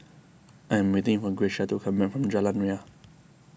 I am waiting for Grecia to come back from Jalan Ria